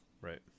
Right